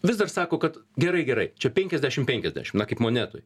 vis dar sako kad gerai gerai čia penkiasdešim penkiasdešim na kaip monetoj